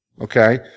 Okay